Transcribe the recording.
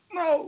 no